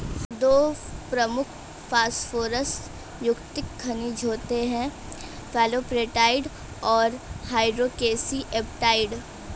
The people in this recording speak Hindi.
दो प्रमुख फॉस्फोरस युक्त खनिज होते हैं, फ्लोरापेटाइट और हाइड्रोक्सी एपेटाइट